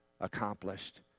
accomplished